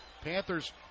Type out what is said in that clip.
Panthers